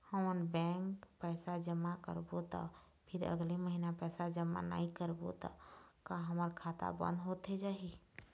हमन बैंक पैसा जमा करबो ता फिर अगले महीना पैसा जमा नई करबो ता का हमर खाता बंद होथे जाही?